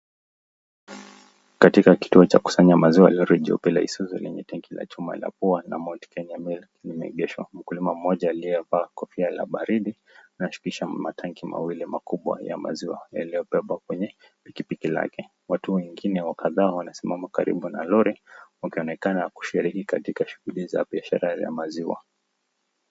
Katika kituo cha kusanya maziwa, lori jeupe la Isuzu lenye tanki la chuma la pua na Mount Kenya Milk limeegeshwa. Mkulima mmoja aliyevaa kofia la baridi anashukisha matanki mawili makubwa ya maziwa yaliyobebwa kwenye pikipiki lake. Watu wengine wa kadhaa wanasimama karibu na lori wakionekana kushiriki katika shughuli za biashara ya maziwa.